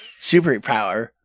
Superpower